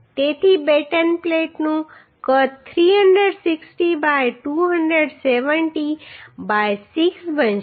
તેથી બેટન પ્લેટનું કદ 360 બાય 270 બાય 6 બનશે